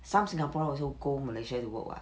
some singaporean also go malaysia to work [what]